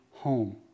home